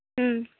ᱦᱩᱸ